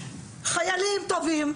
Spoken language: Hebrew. חיילים טובים.